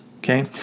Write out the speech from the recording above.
Okay